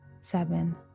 Seven